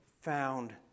found